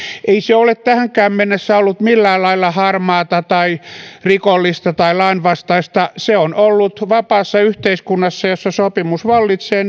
ei se ole tähänkään mennessä ollut millään lailla harmaata tai rikollista tai lainvastaista se on ollut vapaassa yhteiskunnassa jossa sopimus vallitsee